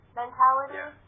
mentality